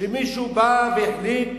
שמישהו בא והחליט